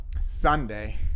Sunday